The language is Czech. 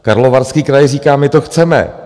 Karlovarský kraj říká: My to chceme.